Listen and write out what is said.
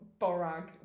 Borag